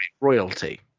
royalty